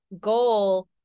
goal